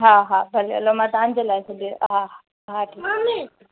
हा हा भले हले मां तव्हां जे लाइ सिॿियो आहे हा हा